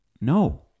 No